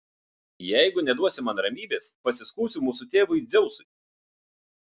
jeigu neduosi man ramybės pasiskųsiu mūsų tėvui dzeusui